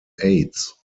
aids